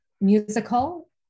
musical